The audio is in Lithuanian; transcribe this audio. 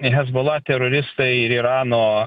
hezbollah teroristai ir irano